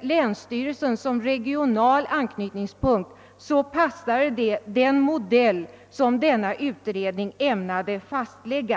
länsstyrelsen som regional anknytningspunkt passade detta den modell som utredningen ämnade fastlägga.